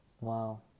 Wow